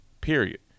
period